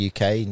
UK